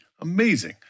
Amazing